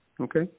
Okay